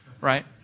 right